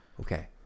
Okay